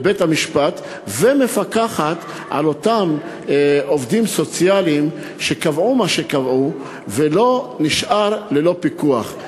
בעצם בית-המשפט מסמיך את העובד הסוציאלי לקבוע לאן ייקחו את הילד.